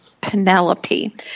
Penelope